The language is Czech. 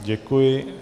Děkuji.